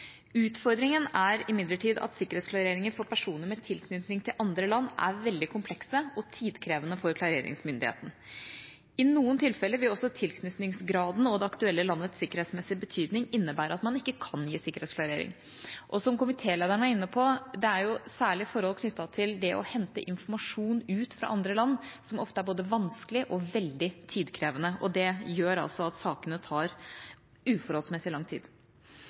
Utfordringa er imidlertid at sikkerhetsklarering av personer med tilknytning til andre land er veldig kompleks og tidkrevende for klareringsmyndigheten. I noen tilfeller vil også tilknytningsgraden og det aktuelle landets sikkerhetsmessige betydning innebære at man ikke kan gi sikkerhetsklarering. Som komitélederen var inne på, er det særlig forhold knyttet til det å hente informasjon ut fra andre land som ofte er både vanskelig og veldig tidkrevende. Det gjør at sakene tar uforholdsmessig lang tid.